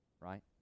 right